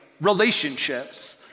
relationships